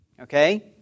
Okay